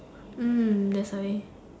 mm that's why